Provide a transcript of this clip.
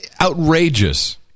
outrageous